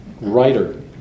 writer